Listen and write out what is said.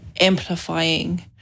amplifying